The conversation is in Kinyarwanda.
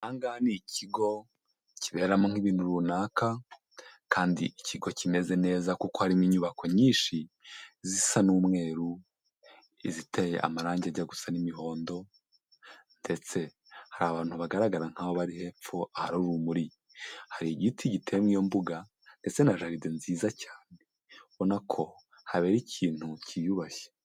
Aha ngaha ni ikigo kiberamo nk'ibintu runaka kandi ikigo kimeze neza. Kuko harimo inyubako nyinshi zisa n'umweru, iziteye amarangi ajya gusa n'imihondo ndetse hari abantu bagaragara nk'aho bari hepfo ahari urumuri. Hari igiti giteye muri iyo mbuga ndetse na jaride nziza cyane ubona ko habera ikintu kiyubashye.